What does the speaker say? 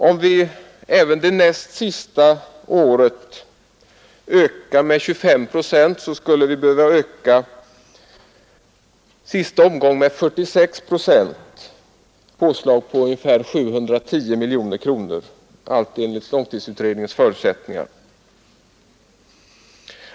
Om vi även det näst sista året ökar med 25 procent, så skulle vi i sista omgången behöva öka med 46 procent — ett påslag på ungefär 710 miljoner kronor, allt enligt långtidsutredningens förutsättningar.